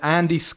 Andy